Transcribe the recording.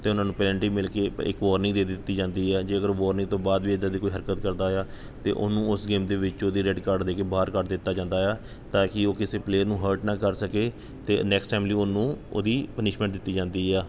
ਅਤੇ ਉਹਨਾਂ ਨੂੰ ਪੇਨਾਲਟੀ ਮਿਲ ਕੇ ਇੱਕ ਵਾਰਨਿੰਗ ਦੇ ਦਿੱਤੀ ਜਾਂਦੀ ਹੈ ਜੇ ਅਗਰ ਉਹ ਵੋਰਨਿੰਗ ਤੋਂ ਬਾਅਦ ਵੀ ਇੱਦਾਂ ਦੀ ਕੋਈ ਹਰਕਤ ਕਰਦਾ ਆ ਤਾਂ ਉਹਨੂੰ ਉਸ ਗੇਮ ਦੇ ਵਿੱਚੋਂ ਦੀ ਰੈੱਡ ਕਾਰਡ ਦੇ ਕੇ ਬਾਹਰ ਕਰ ਦਿੱਤਾ ਜਾਂਦਾ ਆ ਤਾਂ ਕਿ ਉਹ ਕਿਸੇ ਪਲੇਅਰ ਨੂੰ ਹਰਟ ਨਾ ਕਰ ਸਕੇ ਅਤੇ ਨੈਕਸਟ ਟਾਈਮ ਲਈ ਉਹਨੂੰ ਉਹਦੀ ਪਨਿਸ਼ਮੈਂਟ ਦਿੱਤੀ ਜਾਂਦੀ ਹੈ